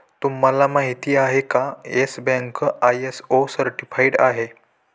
तुम्हाला माहिती आहे का, येस बँक आय.एस.ओ सर्टिफाइड आहे